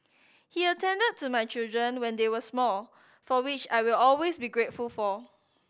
he attended to my children when they were small for which I will always be grateful